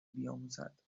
بیاموزند